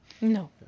No